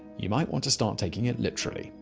you might want to start taking it literally.